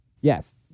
yes